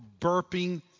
burping